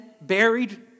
buried